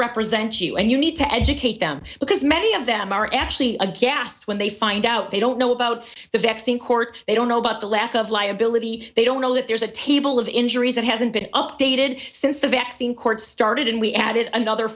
represent you and you need to educate them because many of them are actually a gas when they find out they don't know about the vaccine court they don't know about the lack of liability they don't know that there's a table of injuries that hasn't been updated since the vaccine court started and we added another